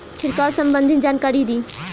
छिड़काव संबंधित जानकारी दी?